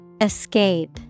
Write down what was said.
Escape